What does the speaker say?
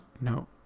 No